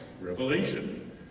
Revelation